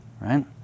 right